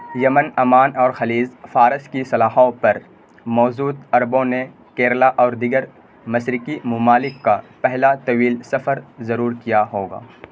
یمن عمان اور خلیج فارس کی سلاخوں پر موجود عربوں نے کیرالا اور دیگر مشرقی ممالک کا پہلا طویل سفر ضرور کیا ہوگا